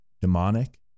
demonic